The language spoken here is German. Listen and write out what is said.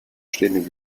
stehenden